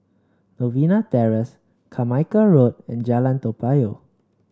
Novena Terrace Carmichael Road and Jalan Toa Payoh